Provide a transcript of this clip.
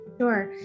Sure